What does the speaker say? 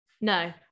No